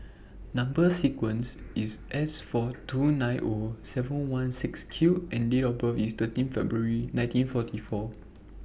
Number sequence IS S four two nine O seven one six Q and Date of birth IS thirteen February nineteen forty four